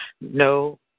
no